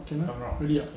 oh cannot really ah